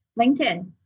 LinkedIn